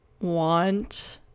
want